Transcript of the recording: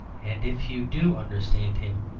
and if you do understand him,